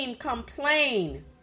complain